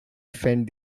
defend